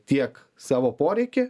tiek savo poreikį